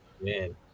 Man